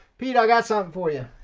pet i got something for ya.